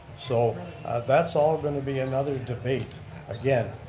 so that's all going to be another debate again.